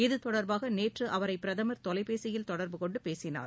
இதுதொடர்பாக நேற்று அவரை பிரதமர் தொலைபேசியில் தொடர்பு கொண்டு பேசினார்